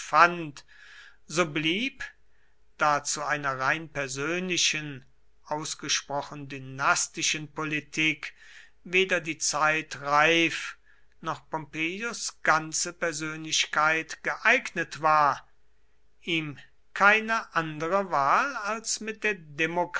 so blieb da zu einer rein persönlichen ausgesprochen dynastischen politik weder die zeit reif noch pompeius ganze persönlichkeit geeignet war ihm keine andere wahl als mit der